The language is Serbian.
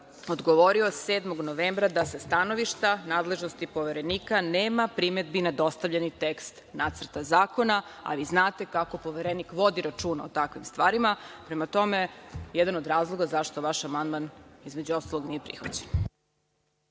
odgovorio 7. novembra da sa stanovišta nadležnosti poverenika nema primedbi na dostavljeni tekst Nacrta zakona, ali znate kako Poverenik vodi računa o takvim stvarima. Prema tome, jedan od razloga zašto vaš amandman, između ostalog, nije prihvaćen.